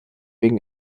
wegen